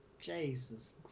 Jesus